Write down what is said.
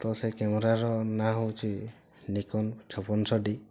ତ ସେ କ୍ୟାମେରାର ନାଁ ହେଉଛି ନିକ୍କନ୍ ଛପନଷଠି